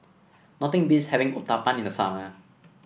nothing beats having Uthapam in the summer